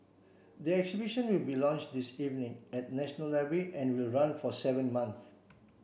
the exhibition will be launched this evening at the National Library and will run for seven months